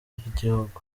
bw’igihugu